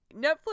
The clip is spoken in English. Netflix